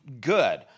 good